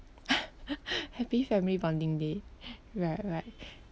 happy family bonding day right right